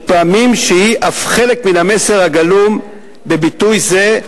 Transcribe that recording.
ופעמים היא אף חלק מהמסר הגלום בביטוי זה.